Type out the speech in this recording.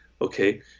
okay